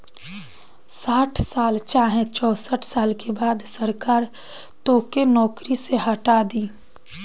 साठ साल चाहे चौसठ साल के बाद सरकार तोके नौकरी से हटा दी